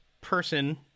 person